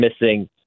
missing